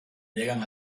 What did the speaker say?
llegan